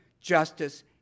justice